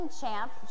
champ